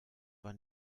war